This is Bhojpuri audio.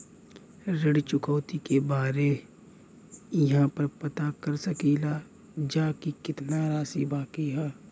ऋण चुकौती के बारे इहाँ पर पता कर सकीला जा कि कितना राशि बाकी हैं?